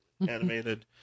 animated